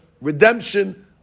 redemption